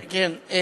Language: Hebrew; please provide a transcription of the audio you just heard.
כן, כן.